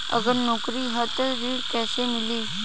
अगर नौकरी ह त ऋण कैसे मिली?